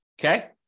Okay